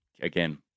again